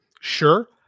Sure